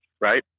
Right